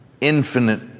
infinite